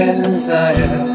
desire